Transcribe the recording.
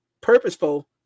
purposeful